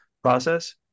process